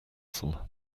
them